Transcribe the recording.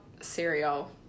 cereal